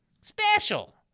special